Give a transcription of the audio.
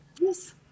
Yes